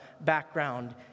background